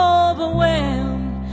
overwhelmed